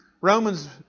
Romans